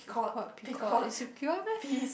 Picoult Picoult it's a girl meh